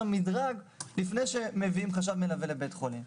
מדרג לפני שמביאים חשב מלווה לבית חולים.